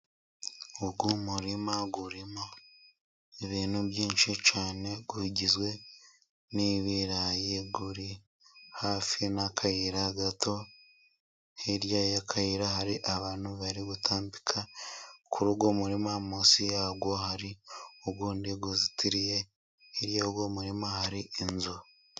Uyu murima urimo ibintu byinshi cyane ugizwe n'ibirayi, uri hafi y'akayira gato, hirya y'akayira hari abantu bari gutambika kuri uwo murima, munsi yawo hari undi uzitiriye, hirya y'uwo murima hari inzu.